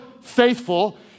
faithful